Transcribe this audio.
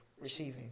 receiving